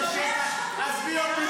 עזבי אותי